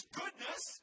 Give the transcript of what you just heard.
goodness